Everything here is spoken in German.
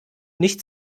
nicht